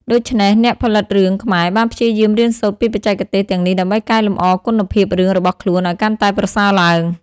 ដូច្នេះ អ្នកផលិតរឿងខ្មែរបានព្យាយាមរៀនសូត្រពីបច្ចេកទេសទាំងនេះដើម្បីកែលម្អគុណភាពរឿងរបស់ខ្លួនឲ្យកាន់តែប្រសើរឡើង។